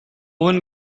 one